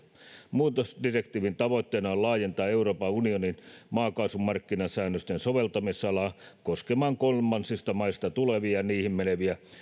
muutosdirektiivin tavoitteena on laajentaa euroopan unionin maakaasumarkkinasäännösten soveltamisalaa koskemaan kolmansista maista tulevia ja niihin meneviä